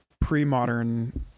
pre-modern